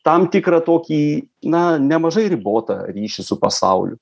tam tikrą tokį na nemažai ribotą ryšį su pasauliu